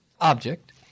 object